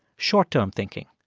short-term thinking.